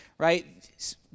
right